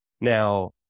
Now